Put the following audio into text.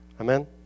Amen